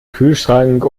kühlschrank